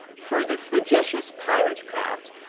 for the flagitious pirate craft,